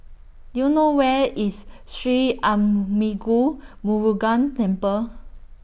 Do YOU know Where IS Sri Arulmigu Murugan Temple